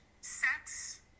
sex